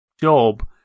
job